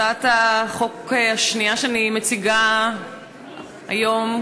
הצעת החוק השנייה שאני מציגה היום,